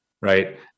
right